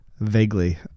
Vaguely